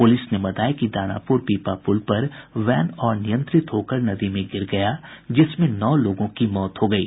police ने बताया कि दानापुर पीपा पुल पर वैन अनियंत्रित होकर नदी में गिर गया जिसमें नौ लोगों की मौत हो गयी